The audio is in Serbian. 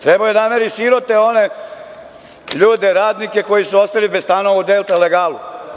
Trebao je da namiri sirote one ljude, radnike, koji su ostali bez stanova u „Delta legalu“